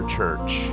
church